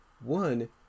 one